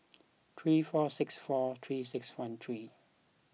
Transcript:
three four six four three six one three